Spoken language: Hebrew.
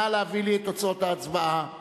נא להביא לי את תוצאות ההצבעה.